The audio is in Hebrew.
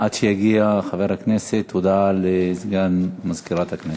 עד שיגיע חבר הכנסת, הודעה לסגן מזכירת הכנסת.